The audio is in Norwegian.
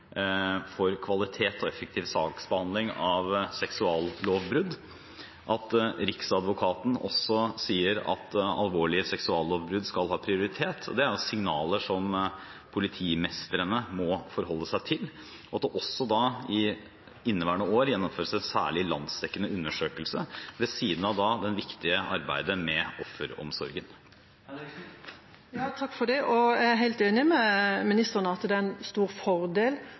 for kvalitet og effektiv saksbehandling av seksuallovbrudd. At Riksadvokaten sier at alvorlige seksuallovbrudd skal ha prioritet, er signaler som politimestrene må forholde seg til. I tillegg gjennomføres det i inneværende år en særlig landsdekkende undersøkelse ved siden av det viktige arbeidet med offeromsorgen. Takk for det. Jeg er helt enig med ministeren i at det er en stor fordel